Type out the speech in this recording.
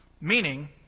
meaning